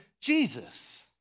Jesus